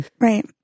Right